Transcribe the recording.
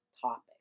topic